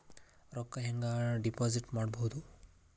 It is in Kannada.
ರೊಕ್ಕ ಹೆಂಗೆ ಡಿಪಾಸಿಟ್ ಮಾಡುವುದು?